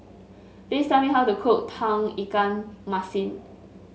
please tell me how to cook Tauge Ikan Masin